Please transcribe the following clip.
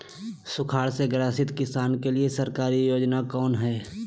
सुखाड़ से ग्रसित किसान के लिए सरकारी योजना कौन हय?